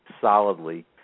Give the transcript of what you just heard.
solidly